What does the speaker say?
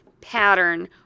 pattern